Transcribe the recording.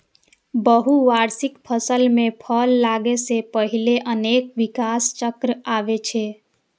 बहुवार्षिक फसल मे फल लागै सं पहिने अनेक विकास चक्र आबै छै